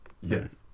Yes